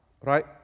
right